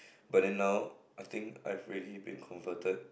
but then now I think I've already been converted